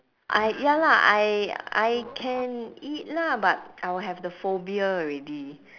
I ya lah I I can eat lah but I will have the phobia already